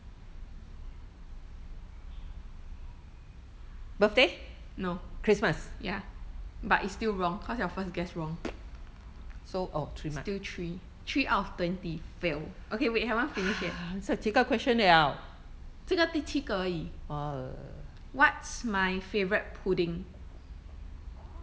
no ya but is still wrong cause your first guess wrong still three three out of twenty fail okay wait haven't finish yet 这个第七个而已:zhe di qi ge er yi what's my favourite pudding